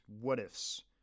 what-ifs